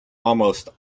almost